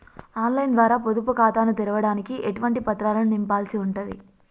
On line ద్వారా పొదుపు ఖాతాను తెరవడానికి ఎటువంటి పత్రాలను నింపాల్సి ఉంటది?